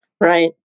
Right